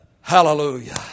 Hallelujah